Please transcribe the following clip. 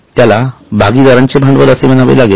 त्याला भागीदारांचे भांडवल असे म्हणावे लागेल